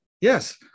Yes